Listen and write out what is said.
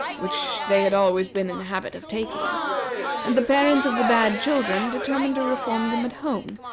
which they had always been in the habit of taking and the parents of the bad children determined to reform them at home,